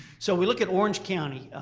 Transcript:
so we look at orange county.